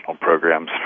programs